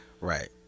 Right